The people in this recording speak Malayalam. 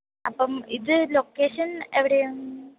അപ്പം ഇത് ലൊക്കേഷൻ എവിടെയാണ്